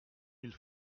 mille